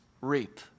Reap